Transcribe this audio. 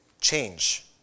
change